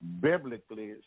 biblically